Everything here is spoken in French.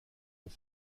ont